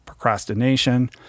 procrastination